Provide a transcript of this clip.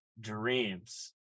dreams